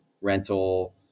rental